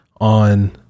on